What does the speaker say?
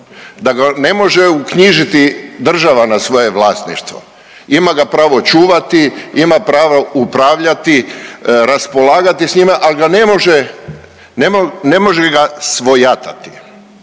da ga ne može uknjižiti država na svoje vlasništvo. Ima ga pravo čuvati, ima pravo upravljati, raspolagati s njime, ali ga ne može,